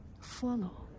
follow